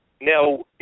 Now